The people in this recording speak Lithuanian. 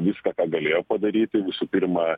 viską ką galėjo padaryti visų pirma